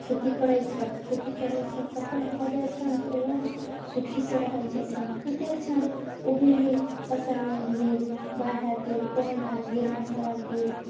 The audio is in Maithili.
खेती करै छथि खेती खेती करै छथि सफल भऽ जाइ छनि तऽ उहे सुखीसँ रहै छथिन कतेक छन ओहिमे फसल नहि भेल बाढ़ि आबि गेल पानि आबि गेल अन्हर आबि गेल